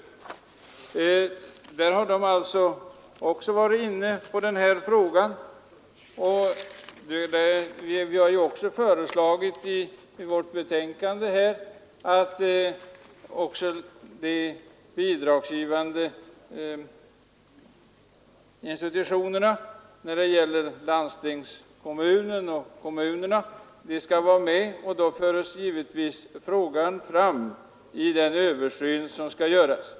Vi har också i betänkandet uttalat att företrädare för bidragsgivarna — staten, landstingskommunerna och kommunerna — bör vara med i översynsarbetet, och då kommer givetvis denna fråga också att tas upp.